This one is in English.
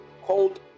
Called